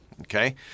okay